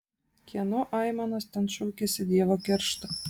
kieno aimanos ten šaukiasi dievo keršto